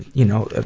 you know ah